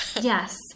Yes